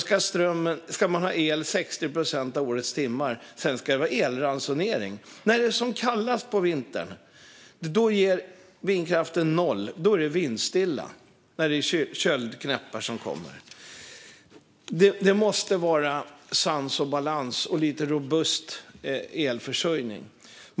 Vi ska ha el 60 procent av årets timmar - sedan ska det vara elransonering. När det är som kallast på vintern ger vindkraften noll. Det är vindstilla när det kommer köldknäppar. Det måste finnas sans och balans och robust elförsörjning.